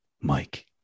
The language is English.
Mike